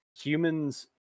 Humans